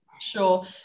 Sure